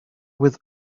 with